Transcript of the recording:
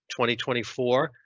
2024